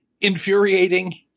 Infuriating